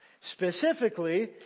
Specifically